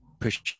push